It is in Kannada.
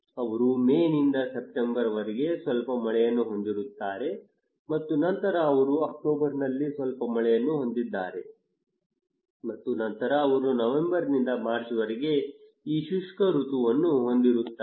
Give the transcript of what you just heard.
ಅವರು ಮೇ ನಿಂದ ಸೆಪ್ಟೆಂಬರ್ ವರೆಗೆ ಸ್ವಲ್ಪ ಮಳೆಯನ್ನು ಹೊಂದಿರುತ್ತಾರೆ ಮತ್ತು ನಂತರ ಅವರು ಅಕ್ಟೋಬರ್ನಲ್ಲಿ ಸ್ವಲ್ಪ ಮಳೆಯನ್ನು ಹೊಂದಿದ್ದಾರೆ ಮತ್ತು ನಂತರ ಅವರು ನವೆಂಬರ್ನಿಂದ ಮಾರ್ಚ್ವರೆಗೆ ಈ ಶುಷ್ಕ ಋತುವನ್ನು ಹೊಂದಿರುತ್ತಾರೆ